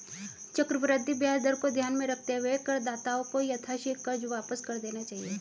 चक्रवृद्धि ब्याज दर को ध्यान में रखते हुए करदाताओं को यथाशीघ्र कर्ज वापस कर देना चाहिए